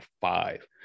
five